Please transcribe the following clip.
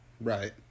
Right